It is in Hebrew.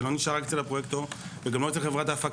זה לא נשאר רק אצל הפרויקטור וגם לא אצל חברת ההפקה.